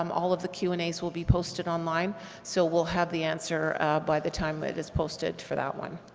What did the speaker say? um all of the q and a's will be posted online so we'll have the answer by the time that it is posted for that one.